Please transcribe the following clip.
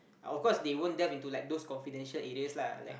uh of course they won't delve into like those confidential areas lah like